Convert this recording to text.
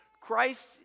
Christ